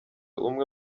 umwe